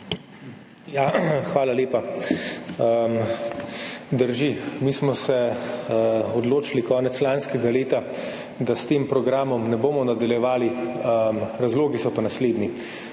Hvala lepa. Drži. Mi smo se odločili konec lanskega leta, da s tem programom ne bomo nadaljevali. Razlogi so pa naslednji.